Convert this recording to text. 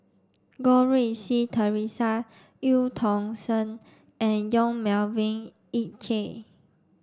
Goh Rui Si Theresa Eu Tong Sen and Yong Melvin Yik Chye